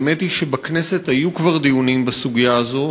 האמת היא שבכנסת היו כבר דיונים בסוגיה הזאת,